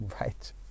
Right